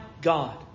God